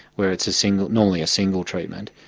where it's a single, normally a single treatment,